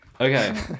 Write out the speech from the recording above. Okay